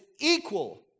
equal